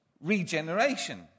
regeneration